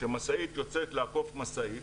כשמשאית יוצאת לעקוף משאית,